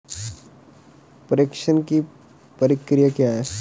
प्रेषण की प्रक्रिया क्या है?